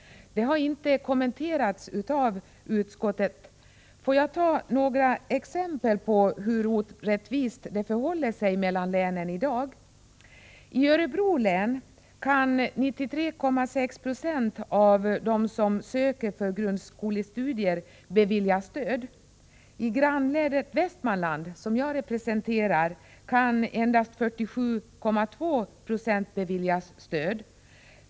Det har inte kommenterats av utskottet. Låt mig ta några exempel på hur orättvist det förhåller sig mellan länen i dag. I Örebro län kan 93,6 96 av dem som söker för grundskolestudier beviljas stöd. I grannlänet Västmanland, som jag representerar, kan endast 47,2 9 beviljas stöd.